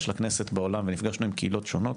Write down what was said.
של הכנסת בעולם ונפגשנו עם קהילות שונות,